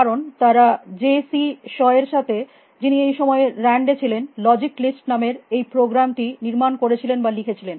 কারণ তারা J C Shaw JC Shawএর সাথে যিনি সেই সময়ে রান্ড এ ছিলেন লজিক লিস্ট নামের এই প্রোগ্রামটি নির্মাণ করেছিলেন বা লিখেছিলেন